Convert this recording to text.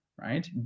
right